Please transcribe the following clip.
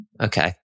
Okay